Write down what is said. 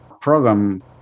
program